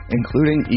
including